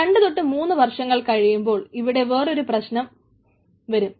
2 3 വർഷങ്ങൾ കഴിയുമ്പോൾ ഇവിടെ വേറൊരു വലിയ പ്രശ്നം വരും